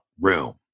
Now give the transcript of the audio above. room